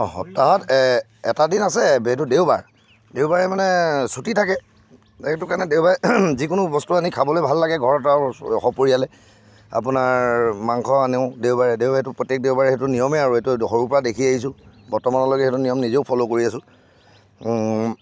সপ্তাহত এ এটা দিন আছে সেইটো দেওবাৰ দেওবাৰে মানে ছুটী থাকে এইটো কাৰণে দেওবাৰে যিকোনো বস্তু আনি খাবলৈ ভাল লাগে ঘৰত আৰু সপৰিয়ালে আপোনাৰ মাংস আনোঁ দেওবাৰে দেওবাৰেতো প্ৰত্যেক দেওবাৰে সেইটো নিয়মে আৰু সেইটো সৰুৰে পৰা দেখি আহিছোঁ বৰ্তমানলৈকে সেইটো নিয়ম নিজেও ফ'ল' কৰি আছোঁ